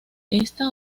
esta